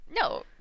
no